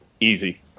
Easy